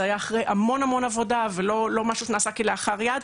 זה היה אחרי המון המון עבודה ולא משהו שנעשה כלאחר יד,